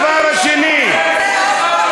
עיסאווי, הוא לא חבר כנסת.